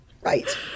right